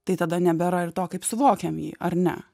tai tada nebėra ir to kaip suvokiam jį ar ne